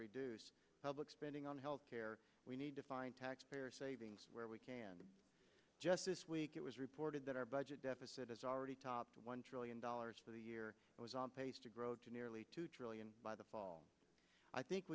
reduce public spending on health care we need to find taxpayer savings where we can just this week it was reported that our budget deficit has already topped one trillion dollars for the year was on pace to grow to nearly two trillion by the fall i think